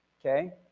okay